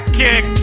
kick